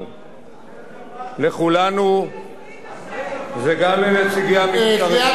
לכולנו זה גם לנציגי, קריאת ביניים זה אחת.